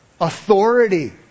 authority